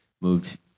moved